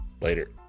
Later